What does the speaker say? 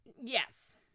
Yes